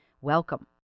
Welcome